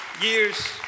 years